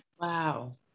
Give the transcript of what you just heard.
wow